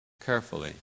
carefully